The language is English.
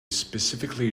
specifically